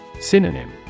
Synonym